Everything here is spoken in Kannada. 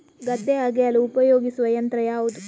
ಗದ್ದೆ ಅಗೆಯಲು ಉಪಯೋಗಿಸುವ ಯಂತ್ರ ಯಾವುದು?